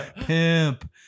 Pimp